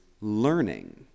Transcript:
learning